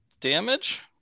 damage